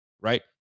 right